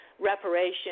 reparation